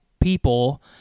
people